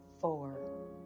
Four